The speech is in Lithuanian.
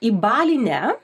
į balį ne